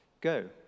go